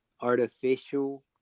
artificial